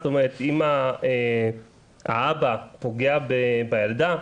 זאת אומרת אם האבא פוגע בילדה,